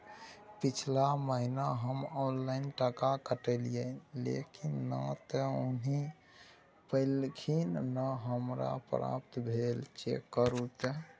पिछला महीना हम ऑनलाइन टका कटैलिये लेकिन नय त हुनी पैलखिन न हमरा प्राप्त भेल, चेक करू त?